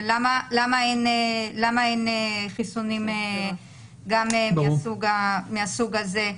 למה אין חיסונים גם מהסוג הזה?